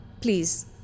Please